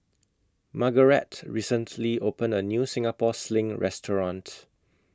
Margarett recently opened A New Singapore Sling Restaurant